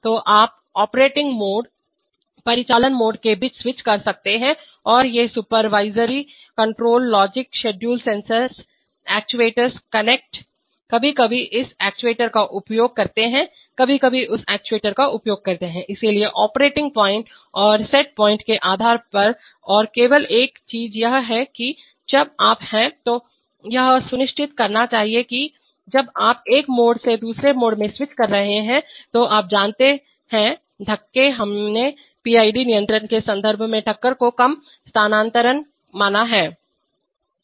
तो आप ऑपरेटिंग मोडपरिचालन मोड के बीच स्विच कर सकते हैं और ये supervisory control logic schedule sensor actuators connect कभी कभी इस एक्ट्यूएटर का उपयोग करते हैं कभी कभी उस एक्ट्यूएटर का उपयोग करते हैं इसलिए ऑपरेटिंग पॉइंट्स और सेट पॉइंट्स के आधार पर और केवल एक चीज यह है कि जब आप हैं तो आप यह सुनिश्चित करना चाहिए कि जब आप एक मोड से दूसरे मोड में स्विच कर रहे हैं तो आप जानते हैं धक्कों हमने पीआईडी नियंत्रण के संदर्भ में टक्कर को कम स्थानान्तरण माना है